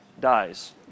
dies